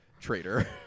traitor